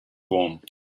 form